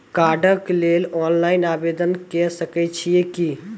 कार्डक लेल ऑनलाइन आवेदन के सकै छियै की?